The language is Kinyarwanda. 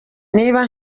niba